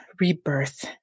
rebirth